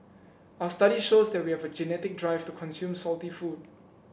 our study shows that we have a genetic drive to consume salty food